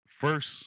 first